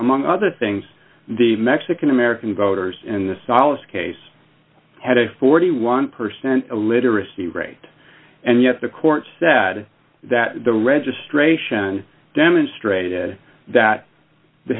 among other things the mexican american voters in the solace case had a forty one percent illiteracy rate and yet the court said that the registration demonstrated that the